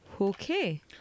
Okay